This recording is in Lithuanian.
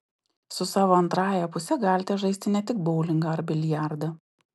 su savo antrąja puse galite žaisti ne tik boulingą ar biliardą